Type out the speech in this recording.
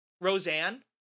roseanne